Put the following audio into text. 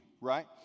right